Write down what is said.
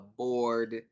bored